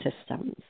systems